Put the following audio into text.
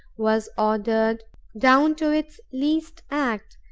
was ordered down to its least act,